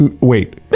Wait